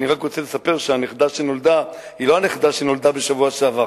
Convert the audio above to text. אני רק רוצה לספר שהנכדה שנולדה היא לא הנכדה שנולדה בשבוע שעבר,